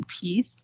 piece